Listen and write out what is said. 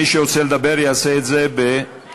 מי שרוצה לדבר יעשה את זה בצד.